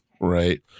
Right